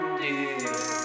dear